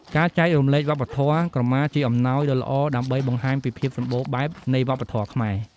ការចែករំលែកវប្បធម៌ ក្រមាជាអំណោយដ៏ល្អដើម្បីបង្ហាញពីភាពសម្បូរបែបនៃវប្បធម៌ខ្មែរ។